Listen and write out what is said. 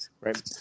right